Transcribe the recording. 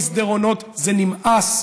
היו בוועדות, היו במסדרונות, זה נמאס.